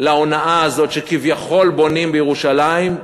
להונאה הזאת שכביכול בונים בירושלים.